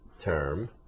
term